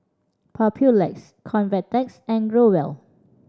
Papulex Convatec and Growell